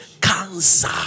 Cancer